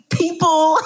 people